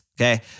Okay